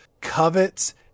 covets